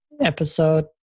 episode